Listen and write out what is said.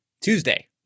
Tuesday